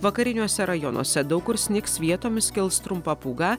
vakariniuose rajonuose daug kur snigs vietomis kils trumpa pūga